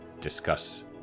discuss